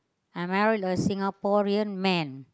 I married a Singaporean man